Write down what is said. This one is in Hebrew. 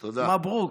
מברוכ.